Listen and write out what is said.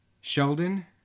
Sheldon